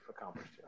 accomplished